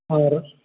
और